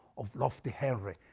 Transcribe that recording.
of lofty henry.